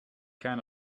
kind